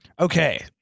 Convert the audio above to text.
Okay